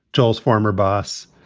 charles, former boss,